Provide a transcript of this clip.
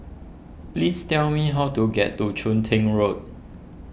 please tell me how to get to Chun Tin Road